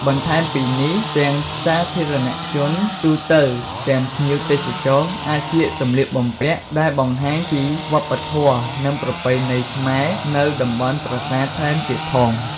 បន្ថែមពីនេះទាំងសាធារណៈជនទូទៅ ទាំងភ្ញៀវទេសចរណ៍អាចស្លៀកសម្លៀកបំពាក់ដែលបង្ហាញពីវប្បធម៌និងប្រពៃណីខ្មែរនៅតំបន់ប្រាសាទថែមទៀតផង។